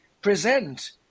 present